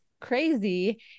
crazy